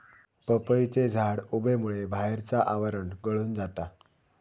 पपईचे झाड उबेमुळे बाहेरचा आवरण गळून जाता